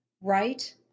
right